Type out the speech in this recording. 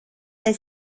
del